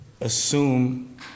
assume